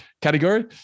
category